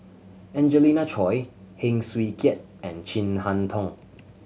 Angelina Choy Heng Swee Keat and Chin Harn Tong